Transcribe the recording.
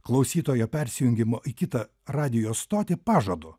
klausytojo persijungimo į kitą radijo stotį pažadu